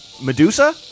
Medusa